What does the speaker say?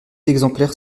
exemplaires